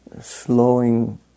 slowing